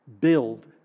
build